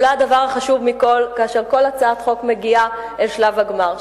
אולי הדבר החשוב מכול כאשר הצעת חוק מגיעה אל שלב הגמר,